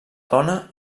dona